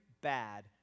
bad